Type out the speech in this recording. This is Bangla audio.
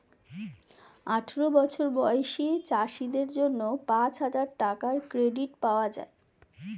আঠারো বছর বয়সী চাষীদের জন্য পাঁচহাজার টাকার ক্রেডিট পাওয়া যায়